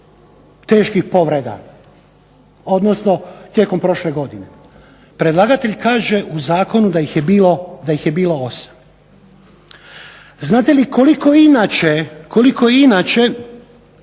teških povreda odnosno tijekom prošle godine? Predlagatelj kaže u zakonu da ih je bilo osam. Znate li koliko je inače